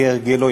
כהרגלו,